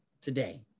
today